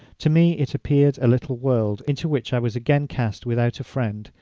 to me it appeared a little world, into which i was again cast without a friend,